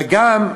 וגם,